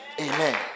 Amen